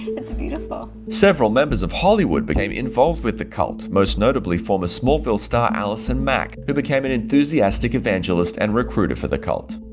it's beautiful. several members of hollywood became involved with the cult, most notably former smallville star allison mack, who became an enthusiastic evangelist and recruited for the cult.